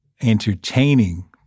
entertaining